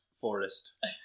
forest